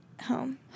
home